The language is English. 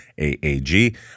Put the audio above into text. AAG